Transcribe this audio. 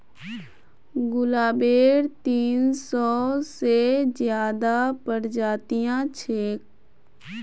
गुलाबेर तीन सौ से ज्यादा प्रजातियां छेक